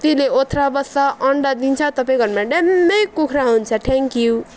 त्यसले ओथ्रा बस्छ अन्डा दिन्छ तपाईँको घरमा ड्याम्मै कुखुरा हुन्छ थ्याङ्क्यु